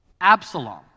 Absalom